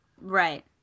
Right